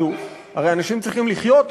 הרי אנשים צריכים לחיות איכשהו.